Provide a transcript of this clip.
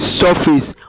surface